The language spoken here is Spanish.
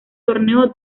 torneo